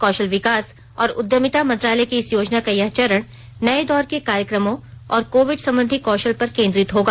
कौशल विकास और उद्यमिता मंत्रालय की इस योजना का यह चरण नये दौर के कार्यक्रमों और कोविड संबंधी कौशल पर केन्द्रित होगा